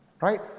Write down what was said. right